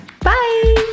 Bye